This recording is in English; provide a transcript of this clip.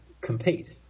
compete